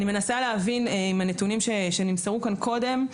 אני מנסה להבין מהנתונים שנמסרו כאן קודם,